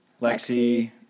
lexi